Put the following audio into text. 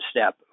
step